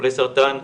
חולי סרטן,